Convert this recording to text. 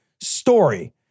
story